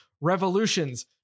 Revolutions